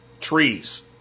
trees